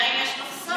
אבל עדיין יש מחסור.